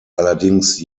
allerdings